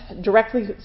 directly